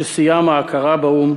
ששיאם ההכרה בה באו"ם